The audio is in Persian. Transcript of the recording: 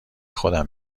خودم